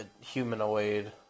humanoid